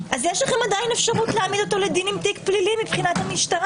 אז יש לכם עדיין אפשרות להעמיד אותו לדין עם תיק פלילי מבחינת המשטרה.